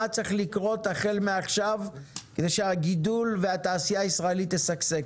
מה צריך לקרות החל מעכשיו על מנת שהגידול והתעשייה הישראלית תשגשג?